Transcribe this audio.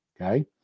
okay